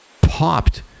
popped